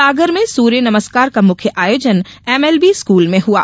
सागर में सूर्य नमस्कार का मुख्य आयोजन एमएलबी स्कूल में हुआ